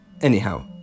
Anyhow